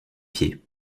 pieds